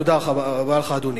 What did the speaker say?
תודה רבה לך, אדוני.